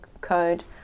code